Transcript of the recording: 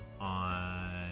on